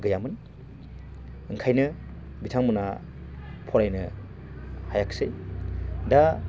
गैयामोन ओंखायनो बिथांमोनहा फरायनो हायाखैसै दा